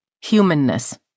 Humanness